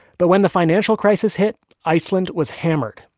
but when the financial crisis hit, iceland was hammered.